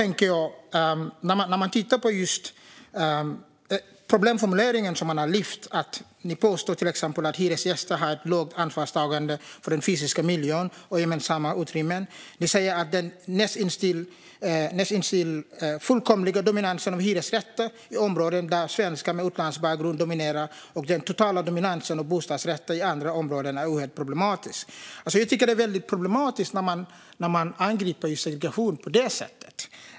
Ni har lyft upp en problemformulering, Malin Danielsson, där ni till exempel påstår att hyresgäster har lågt ansvarstagande för den fysiska miljön och gemensamma utrymmen. Ni säger att den nästintill fullkomliga dominansen av hyresrätter i områden där svenskar med utlandsbakgrund dominerar och den totala dominansen av bostadsrätter i andra områden är oerhört problematisk. Det är problematiskt när man angriper segregation på det sättet.